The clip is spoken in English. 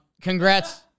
congrats